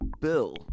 bill